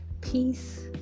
peace